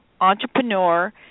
entrepreneur